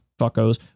fuckos